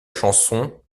chanson